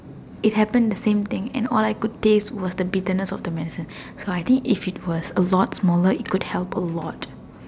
it happened the same thing and all I could taste was the bitterness of the medicine so I think if it was a lot smaller it could help a lot